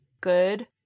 good